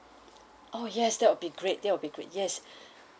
oh yes that will be great that will be great yes